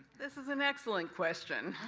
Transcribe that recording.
this is an excellent question.